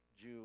Jew